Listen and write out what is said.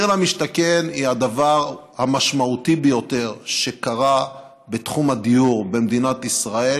מחיר למשתכן זה הדבר המשמעותי ביותר שקרה בתחום הדיור במדינת ישראל,